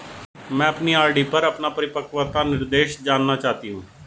मैं अपनी आर.डी पर अपना परिपक्वता निर्देश जानना चाहती हूँ